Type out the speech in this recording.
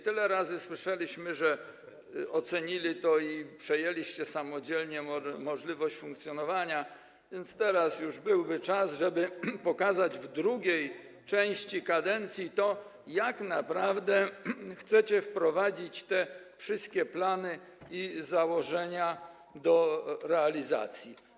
Tyle razy słyszeliśmy, że ocenili to, i przejęliście samodzielnie możliwość funkcjonowania, więc teraz już byłby czas, żeby pokazać w drugiej części kadencji to, jak naprawdę chcecie wprowadzić te wszystkie plany i założenia do realizacji.